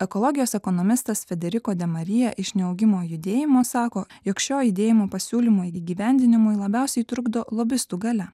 ekologijos ekonomistas federico demaria iš neaugimo judėjimo sako jog šio judėjimo pasiūlymų įgyvendinimui labiausiai trukdo lobistų galia